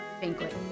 banquet